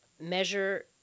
Measure